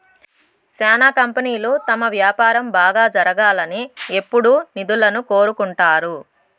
శ్యానా కంపెనీలు తమ వ్యాపారం బాగా జరగాలని ఎప్పుడూ నిధులను కోరుకుంటారు